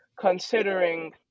considering